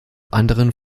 anderen